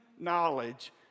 knowledge